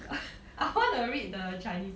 I want to the read the chinese